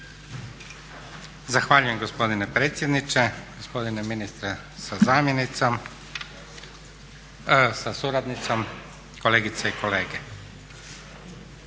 Zahvaljujem gospodine potpredsjedniče. Poštovani ministre sa suradnicom, kolegice i kolege.